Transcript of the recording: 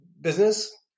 business